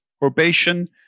probation